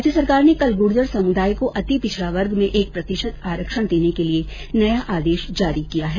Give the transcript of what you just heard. राज्य सरकार ने कल गुर्जर समुदाय को अति पिछड़ा वर्ग में एक प्रतिशत आरक्षण देने के लिए नया आदेश जारी किया है